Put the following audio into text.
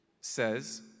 says